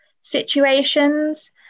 situations